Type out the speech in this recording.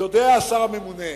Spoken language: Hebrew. יודע השר הממונה: